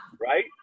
Right